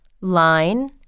Line